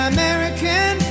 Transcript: American